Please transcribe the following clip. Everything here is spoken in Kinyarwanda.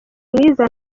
mwiza